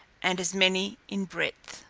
and as many in breadth.